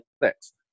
next